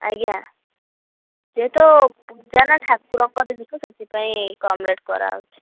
ଆଜ୍ଞା ଯେହେତୁ ପୂଜା ନା ଠାକୁରଙ୍କ ଜିନିଷ ସେଥିପାଇଁ କମ୍ ରେଟ୍ କରାହେଉଛି